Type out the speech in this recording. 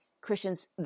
Christians